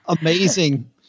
amazing